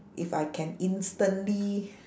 if I can instantly